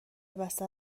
بسته